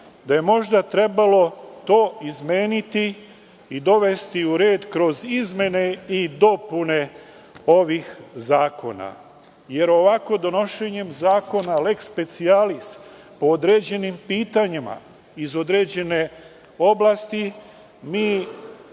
osiguranju, trebalo izmeniti i dovesti u red kroz izmene i dopune ovih zakona. Ovakvim donošenjem zakona, leks specijalis, po određenim pitanjima, iz određene oblasti, mi